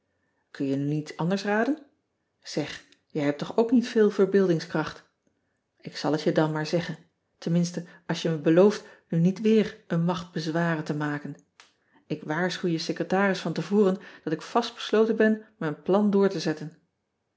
un je nu niets anders raden eg jij hebt toch ook niet veel verbeeldingskracht k zal het je dan maar zeggen tenminste als je me belooft nu niet weer een macht bezwaren te maken k waarschuw je secretaris van te voren dat ik vast besloten ben mijn plan door te zetten